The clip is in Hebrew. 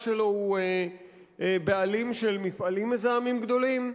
שלו הוא בעלים של מפעלים מזהמים גדולים?